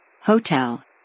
Hotel